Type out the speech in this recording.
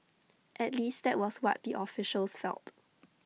at least that was what the officials felt